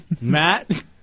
Matt